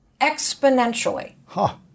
exponentially